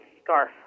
scarf